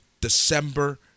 december